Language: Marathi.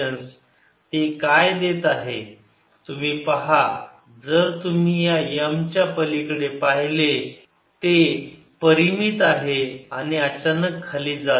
ते काय देत आहे तुम्ही पहा जर तुम्ही या M च्या पलीकडे पाहिले ते परिमित आहे आणि अचानक खाली जाते